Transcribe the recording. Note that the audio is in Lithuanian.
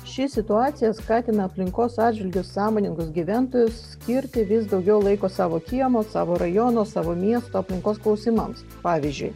ši situacija skatina aplinkos atžvilgiu sąmoningus gyventojus skirti vis daugiau laiko savo kiemo savo rajono savo miesto aplinkos klausimams pavyzdžiui